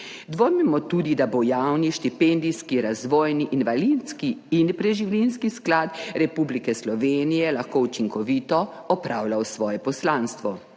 Dvomimo tudi, da bo Javni štipendijski razvojni, invalidski in preživninski sklad Republike Slovenije lahko učinkovito opravljal svoje poslanstvo.